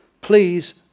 please